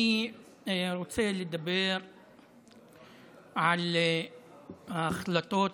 אני רוצה לדבר על ההחלטות